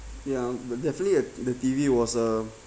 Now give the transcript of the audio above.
ya but definitely uh the T_V was uh